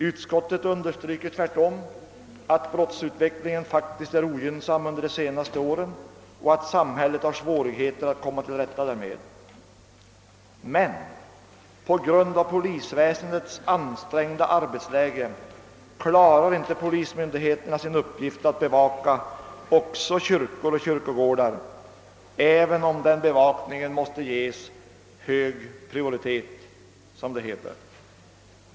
Utskottet understryker tvärtom att brottsutvecklingen faktiskt varit ogynnsam under de senaste åren och att samhället har svårigheter att komma till rätta med brottsligheten. Men på grund av polisväsendets ansträngda arbetsläge klarar inte polismyndigheterna sin uppgift att bevaka också kyrkor och kyrkogårdar, även om den bevakningen måste ges hög prioritet, som det heter.